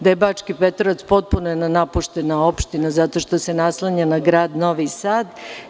Da je Bački Petrovac potpuno jedna napuštena opština zato što se naslanja na grad Novi Sad.